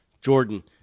Jordan